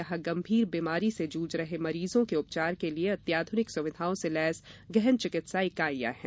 यहां गंभीर बीमारी से जूझ रहे मरीजों के उपचार के लिए अत्याध्रनिक सुविधाओं से लैस गहन चिकित्सा इकाइयां हैं